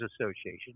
Association